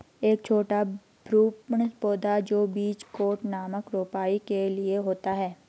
एक छोटा भ्रूण पौधा जो बीज कोट नामक रोपाई के लिए होता है